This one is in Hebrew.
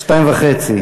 שתיים וחצי.